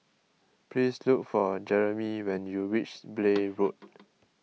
please look for Jeremie when you reach Blair Road